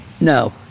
No